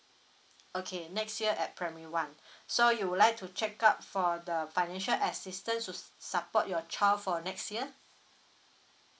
okay next year at primary one so you would like to check out for the financial assistance to support your child for next year